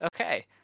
Okay